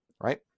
Right